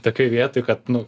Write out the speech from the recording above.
tokioj vietoj kad nu